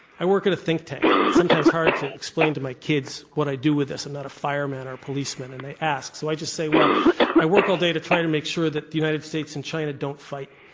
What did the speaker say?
i work at a think tank, sometimes hard to explain to my kids what i do with this. i'm not a fireman or a policeman and they ask, so i just say well i work all day to try to make sure that the united states and china don't fight,